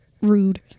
rude